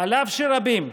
אף שרבים,